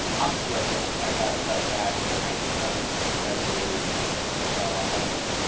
i'm dyslexic, i got left back, and i never graduated high school.